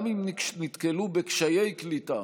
גם אם נתקלו בקשיי קליטה